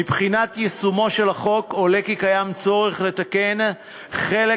מבחינת יישומו של החוק עולה כי יש צורך לתקן חלק